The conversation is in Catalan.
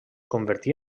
convertí